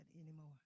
anymore